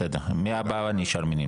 בסדר, מהבאה אני אשאל מי נמנע.